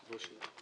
בבקשה.